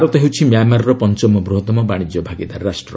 ଭାରତ ହେଉଛି ମ୍ୟାଁମାରର ପଞ୍ଚମ ବୃହତମ ବାଣିଜ୍ୟ ଭାଗିଦାର ରାଷ୍ଟ୍ର